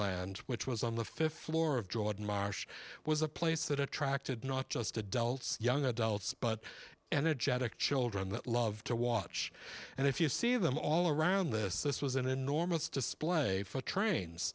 toys and which was on the fifth floor of jordan marsh was a place that attracted not just adults young adults but and a jadick children that love to watch and if you see them all around this this was an enormous display for trains